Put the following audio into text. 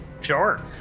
Sure